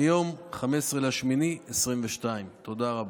מיום 15 באוגוסט 2022. תודה רבה.